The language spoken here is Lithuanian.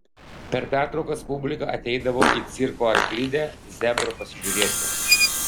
per pertraukas publika ateidavo į cirko arklidę zebro pasižiūrėti